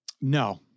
No